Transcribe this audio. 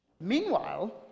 Meanwhile